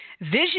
Vision